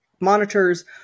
monitors